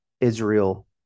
Israel